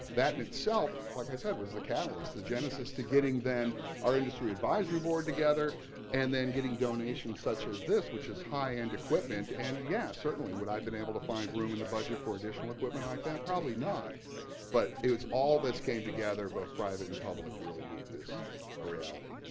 that, in itself, like i said, was the catalyst, the genesis to getting then our industry advisory board together and then getting donations such as this, which is high end equipment and yes, certainly, would i have been able to find room in the budget for additional equipment like that, probably not but all this came together, both private and public, to really make this a reality.